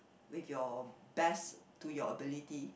with your best to your ability